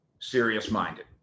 serious-minded